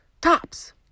tops